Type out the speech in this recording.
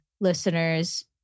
listeners